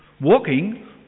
walking